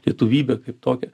lietuvybę kaip tokią